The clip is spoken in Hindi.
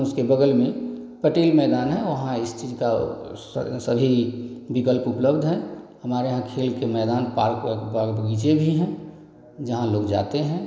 उसके बगल में पटेल मैदान है वहाँ इस चीज का सभी विकल्प उपलब्ध हैं हमारे यहाँ खेल के मैदान पार्क वार्क बाग बगीचे भी हैं जहाँ लोग जाते हैं